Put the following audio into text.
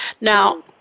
Now